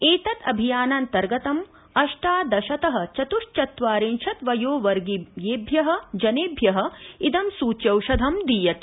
एतद् अभियानान्तर्गतम् अष्टादशतः चत्श्चत्वारिंशत् वयोवर्गीयेभ्यः जनेभ्यः इद सूच्यौषधं दीयते